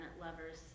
lovers